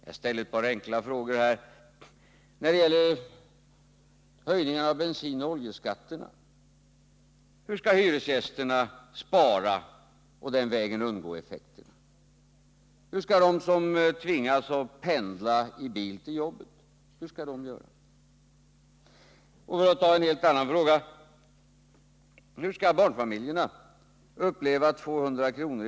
Jag ställer här ett par enkla frågor när det gäller bensinoch oljeskatterna: Hur skall hyresgästerna kunna spara och den vägen undgå effekterna? Hur skall de göra som tvingas pendla i bil till jobben? Och för att ta en helt annan fråga: Hur skall barnfamiljerna uppleva 200 kr.